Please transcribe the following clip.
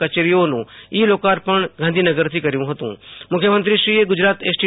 કચેરીઓનું e લોકાર્પણ ગાંધીનગરથી કર્યું હતું મુખ્યમંત્રીશ્રીએ ગુજરાત એસટી